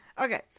Okay